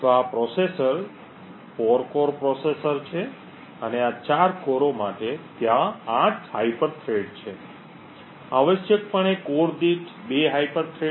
તેથી આ processor 4 core processor છે અને આ 4 કોરો માટે ત્યાં 8 હાયપર થ્રેડ છે આવશ્યકપણે કોર દીઠ 2 હાયપર થ્રેડ